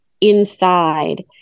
inside